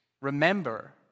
Remember